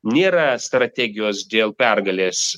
nėra strategijos dėl pergalės